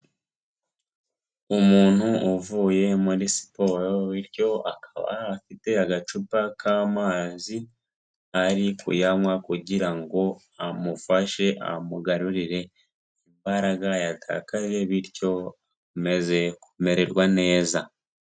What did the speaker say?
Umuntu uvuye muri siporo bityo akaba afite agacupa k'amazi ari kuyanywa kugirango amufashe amugarurire imbaraga yatakaje bityo akomeze kumererwa neza.